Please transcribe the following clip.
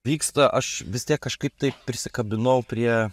vyksta aš vis tiek kažkaip taip prisikabinau prie